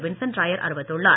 Vincent Rayar அறிவித்துள்ளார்